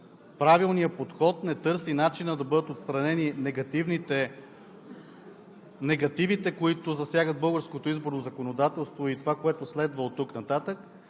правилния подход, не търси начина да бъдат отстранени негативите, които засягат българското изборно законодателство, и това, което следва оттук нататък,